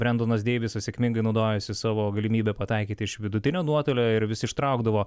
brendonas deivisas sėkmingai naudojosi savo galimybe pataikyti iš vidutinio nuotolio ir vis ištraukdavo